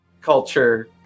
culture